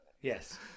yes